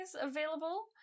available